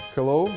Hello